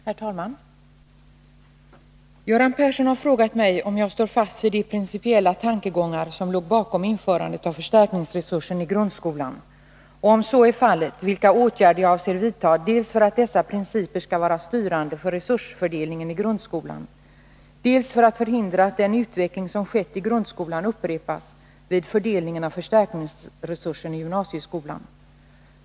Herr talman! Göran Persson har frågat mig om jag står fast vid de principiella tankegångar som låg bakom införandet av förstärkningsresursen i grundskolan och — om så är fallet vilka åtgärder jag avser vidta dels för att dessa principer skall vara styrande för resursfördelningen i grundskolan, dels för att förhindra att den utveckling som skett i grundskolan upprepas vid fördelningen av förstärkningsresursen i gymnasieskolan.